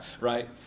right